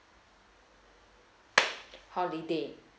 holiday